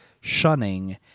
shunning